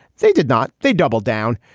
they did not. they doubled down.